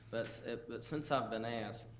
but since i've been asked,